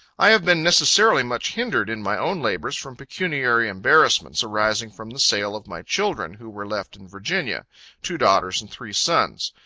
i have been necessarily much hindered in my own labors, from pecuniary embarrassments, arising from the sale of my children, who were left in virginia two daughters and three sons.